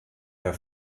der